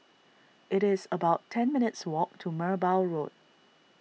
it is about ten minutes' walk to Merbau Road